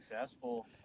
successful